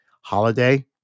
holiday